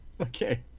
Okay